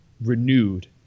renewed